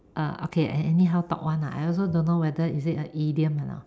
uh okay I anyhow talk one ah I also don't know whether is it a idiom or not